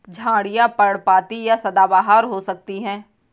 झाड़ियाँ पर्णपाती या सदाबहार हो सकती हैं